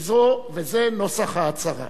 וזה נוסח ההצהרה: